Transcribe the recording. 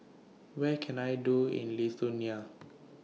Where Can I Do in Lithuania